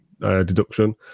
deduction